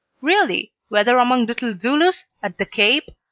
really, whether among little zulus, at the cape,